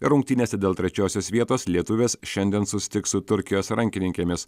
rungtynėse dėl trečiosios vietos lietuvės šiandien susitiks su turkijos rankininkėmis